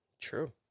True